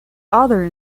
other